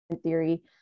theory